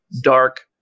Dark